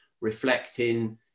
reflecting